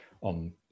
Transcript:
on